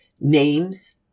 names